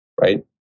Right